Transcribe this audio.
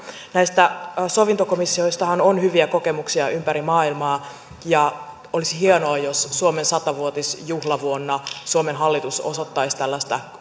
näistä sovintokomissioistahan on hyviä kokemuksia ympäri maailmaa ja olisi hienoa jos suomen sata vuotisjuhlavuonna suomen hallitus osoittaisi tällaista